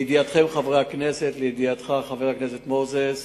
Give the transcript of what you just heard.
לידיעתכם, חברי הכנסת, לידיעתך, חבר הכנסת מוזס,